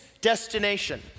destination